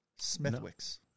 Smithwicks